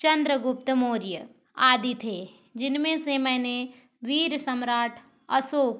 चन्द्रगुप्त मौर्य आदि थे जिनमें से मैंने वीर सम्राट अशोक